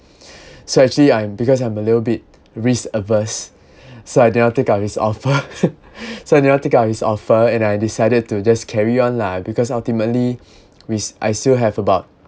so actually I'm because I'm a little bit risk averse so I did not take up this offer so I did not take up this offer and I decided to just carry on lah because ultimately which I still have about